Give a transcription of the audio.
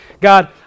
God